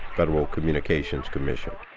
federal communications commission.